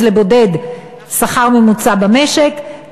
הקריטריונים הם: לבודד 150% השכר ממוצע במשק,